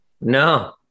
No